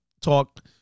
talk